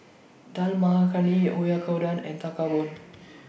Dal Makhani Oyakodon and Tekkadon